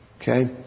Okay